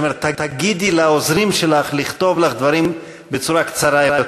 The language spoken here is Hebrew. אני אומר: תגידי לעוזרים שלך לכתוב לך דברים בצורה קצרה יותר.